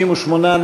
58,